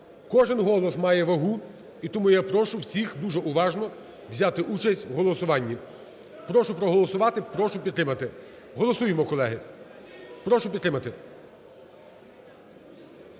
Кожен голос має вагу, і тому я прошу всіх дуже уважно взяти участь в голосуванні. Прошу проголосувати. Прошу підтримати. Голосуємо, колеги. Прошу підтримати.